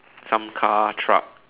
some car truck